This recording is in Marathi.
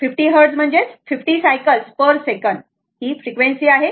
50 हर्ट्झ म्हणजे हे 50 सायकल पर सेकंद आहे ती फ्रिक्वेन्सी आहे बरोबर